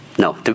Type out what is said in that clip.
No